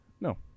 No